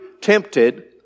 tempted